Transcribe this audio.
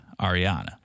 Ariana